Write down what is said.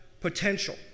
potential